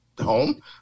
home